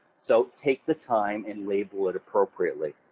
so take the time and label it appropriately.